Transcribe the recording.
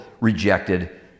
rejected